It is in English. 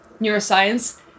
neuroscience